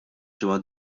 ġimgħa